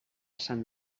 sant